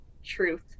truth